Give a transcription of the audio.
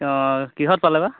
অঁ কিহত পালে বা